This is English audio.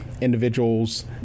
individuals